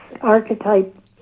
archetype